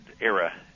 era